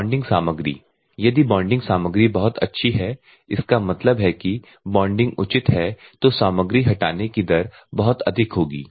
bonding सामग्री यदि bonding सामग्री बहुत अच्छी है इसका मतलब है कि बॉन्डिंग उचित है तो सामग्री हटाने की दर बहुत अधिक होगी